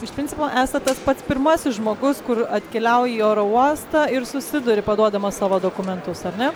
iš principo esat tas pats pirmasis žmogus kur atkeliauji į oro uostą ir susiduri paduodamas savo dokumentus ar ne